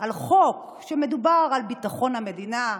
על חוק שמדבר על ביטחון המדינה,